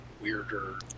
weirder